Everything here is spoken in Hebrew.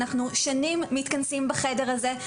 אנחנו שנים מתכנסים בחדר הזה,